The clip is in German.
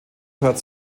curt